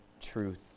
truth